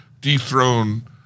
dethrone